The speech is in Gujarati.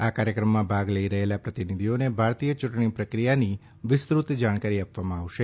આ કાર્યક્રમમાં ભાગ લઈ રહેલા પ્રતિનિધિઓને ભારતીય ચૂંટણી પ્રક્રિયાની વિસ્તૃત જાણકારી આપવામાં આવશે